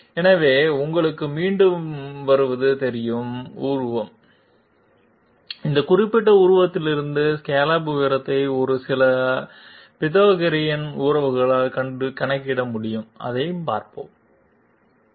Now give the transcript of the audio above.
எனவே உங்களுக்கு மீண்டும் வருவது தெரியும் உருவம் இந்த குறிப்பிட்ட உருவத்திலிருந்து ஸ்காலப் உயரத்தை ஒரு சில பித்தகோரியன் உறவுகளால் கணக்கிட முடியும் அதைப் பார்ப்போம்